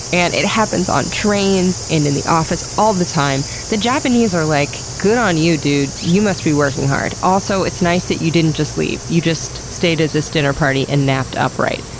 and it happens on trains and in the office all the time. the japanese are like, good on you, dude. you must be working hard. also, it's nice that you didn't just leave. you just stayed at this dinner party and napped upright.